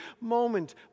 moment